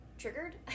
triggered